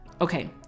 Okay